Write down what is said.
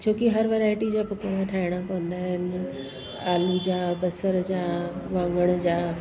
छो की हर वैरायटी जा पकोड़ा ठाहिणा पवंदा आह्नि आलू जा बसर जा वाङण जा